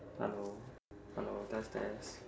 hello hello test test